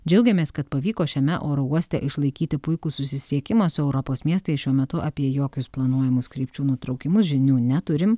džiaugiamės kad pavyko šiame oro uoste išlaikyti puikų susisiekimą su europos miestais šiuo metu apie jokius planuojamus krypčių nutraukimus žinių neturim